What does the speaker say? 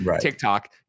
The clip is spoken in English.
TikTok